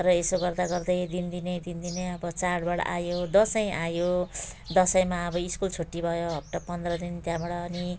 र यसो गर्दागर्दै दिनदिनै दिनदिनै अब चाडबाड आयो दसैँ आयो दसैँमा अब स्कुल छुट्टी भयो हप्ता पन्ध्र दिन त्यहाँबाट अनि